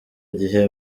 gihe